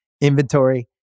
inventory